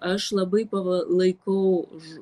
aš labai pavo laikau už